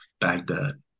Baghdad